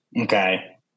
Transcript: Okay